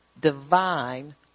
divine